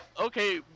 okay